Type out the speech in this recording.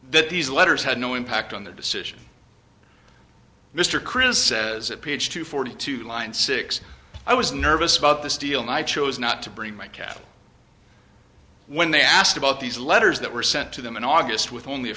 that these letters had no impact on their decision mr chris says at page two forty two line six i was nervous about this deal i chose not to bring my cat when they asked about these letters that were sent to them in august with only a